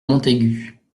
montaigu